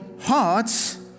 hearts